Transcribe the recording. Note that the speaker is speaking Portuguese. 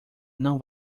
não